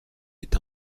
est